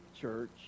church